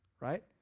Right